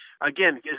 again